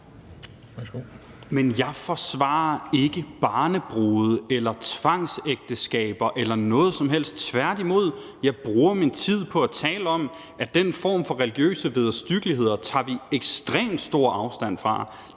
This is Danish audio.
Men jeg forsvarer ikke barnebrude eller tvangsægteskaber eller noget som helst – tværtimod. Jeg bruger min tid på at tale om, at den form for religiøse vederstyggeligheder tager vi ekstremt stor afstand fra;